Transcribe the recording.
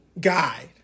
guide